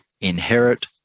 inherit